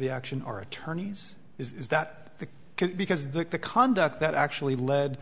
the action are attorneys is that the because the conduct that actually led